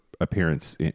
appearance